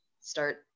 start